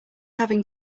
having